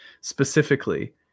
specifically